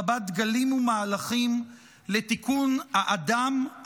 רבת דגלים ומהלכים לתיקון האדם,